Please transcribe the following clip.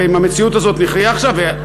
ועם המציאות הזאת נחיה עכשיו.